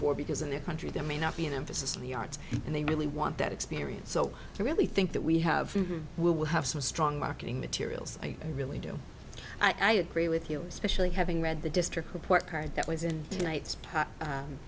for because in their country there may not be an emphasis on the arts and they really want that experience so i really think that we have will have some strong marketing materials i really do i agree with you especially having read the district report card that was in